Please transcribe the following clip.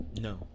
No